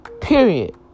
Period